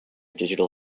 digital